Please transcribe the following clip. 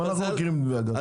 גם אנחנו מכירים את מתווה הגז,